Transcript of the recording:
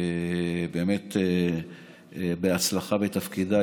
באמת בהצלחה בתפקידה.